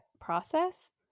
process